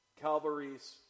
Calvary's